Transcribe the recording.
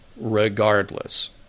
regardless